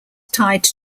tied